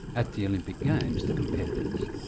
at the olympic games the competitors,